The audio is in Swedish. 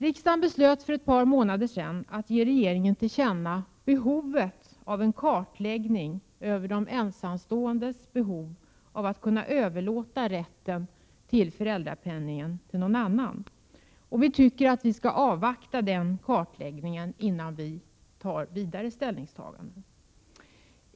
Riksdagen beslöt för ett par månader sedan att ge regeringen till känna behovet av en kartläggning över de ensamståendes behov av att kunna överlåta rätten till föräldrapenningen till någon annan. Vi tycker vi skall avvakta den kartläggningen innan vi gör vidare ställningstaganden.